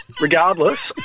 Regardless